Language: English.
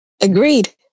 Agreed